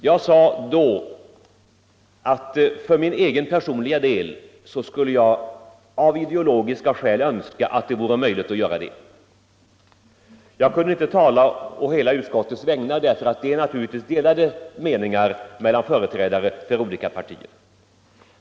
Jag sade den gången att jag för min egen personliga del av ideologiska skäl skulle önska att det vore möjligt att göra ett sådant förstatligande. Jag kunde givetvis inte tala på hela utskottets vägnar, eftersom meningarna kan gå isär mellan företrädare för olika partier.